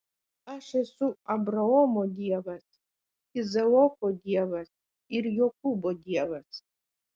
aš esu abraomo dievas izaoko dievas ir jokūbo dievas